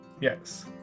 Yes